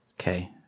Okay